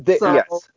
Yes